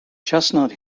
chestnut